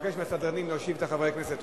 אבקש מהסדרנים להושיב את חברי הכנסת.